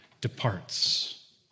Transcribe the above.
departs